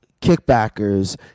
kickbackers